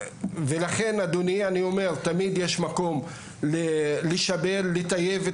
ולכן, אדוני, אני אומר, תמיד יש מקום לשפר, לטייב.